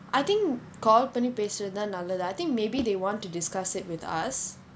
I think call பண்ணி பேசுறது தான் நல்லது:panni pesurathu thaan nallathu I think maybe they want to discuss it with us